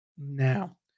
now